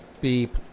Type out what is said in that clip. beep